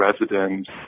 residents